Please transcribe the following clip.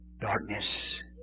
darkness